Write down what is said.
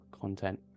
content